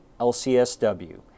LCSW